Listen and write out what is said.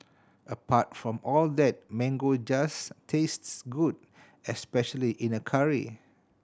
apart from all that mango just tastes good especially in a curry